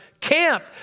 camp